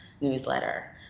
newsletter